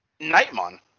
Nightmon